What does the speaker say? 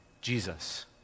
Jesus